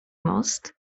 most